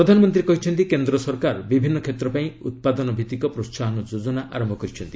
ପ୍ରଧାନମନ୍ତ୍ରୀ କହିଛନ୍ତି କେନ୍ ସରକାର ବିଭିନ୍ନ କ୍ଷେତ୍ ପାଇଁ ଉତ୍ପାଦନ ଭିଭିକ ପ୍ରୋହାହନ ଯୋଜନା ଆରମ୍ଭ କରିଛନ୍ତି